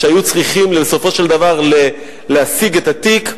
שהיו צריכים בסופו של דבר להשיג את התיק,